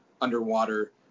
underwater